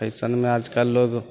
फैशनमे आजकल लोक